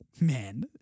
man